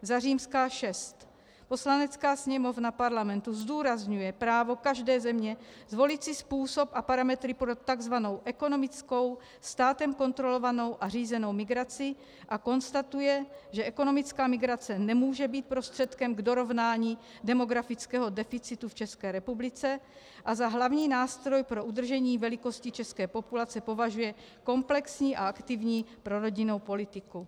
VI. Poslanecká sněmovna Parlamentu zdůrazňuje právo každé země zvolit si způsob a parametry pro tzv. ekonomickou, státem kontrolovanou a řízenou migraci a konstatuje, že ekonomická migrace nemůže být prostředkem k dorovnání demografického deficitu v ČR a že za hlavní nástroj pro udržení velikosti české populace považuje komplexní a aktivní prorodinnou politiku.